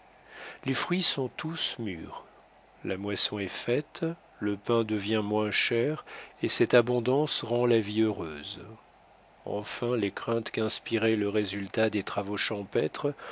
les fruits sont tous mûrs la moisson est faite le pain devient moins cher et cette abondance rend la vie heureuse enfin les craintes qu'inspirait le résultat des travaux champêtres